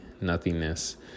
nothingness